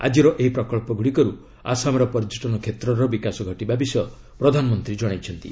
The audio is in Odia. ଆଜ୍ଚିର ଏହି ପ୍ରକଳ୍ପଗୁଡ଼ିକରୁ ଆସାମର ପର୍ଯ୍ୟଟନ କ୍ଷେତ୍ରର ବିକାଶ ଘଟିବା ବିଷୟ ପ୍ରଧାନମନ୍ତ୍ରୀ ଜଣାଇଛନ୍ତି